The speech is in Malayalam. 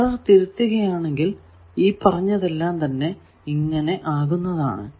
എന്നാൽ എറർ തിരുത്തുകയാണെങ്കിൽ ഈ പറഞ്ഞതെല്ലാം തന്നെ ഇങ്ങനെ ആകുന്നതാണ്